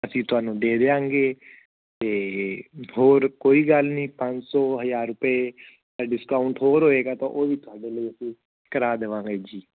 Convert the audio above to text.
ਅਸੀਂ ਤੁਹਾਨੂੰ ਦੇ ਦੇਵਾਂਗੇ ਅਤੇ ਹੋਰ ਕੋਈ ਗੱਲ ਨਹੀਂ ਪੰਜ ਸੌ ਹਜ਼ਾਰ ਰੁਪਏ ਦਾ ਡਿਸਕਾਊਂਟ ਹੋਰ ਹੋਵੇਗਾ ਤਾਂ ਉਹਦੀ ਤੁਹਾਡੇ ਲਈ ਅਸੀਂ ਕਰਵਾ ਦੇਵਾਂਗੇ ਜੀ